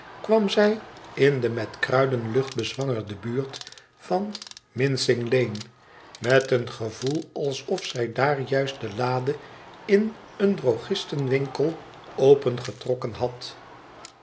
kwam zij in de met kruidenlucht bezwangerde buurt van mincing lane met een gevoel alsof zij daar juist de lade in een drogistenwinkel opengetrokken had